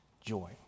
Joy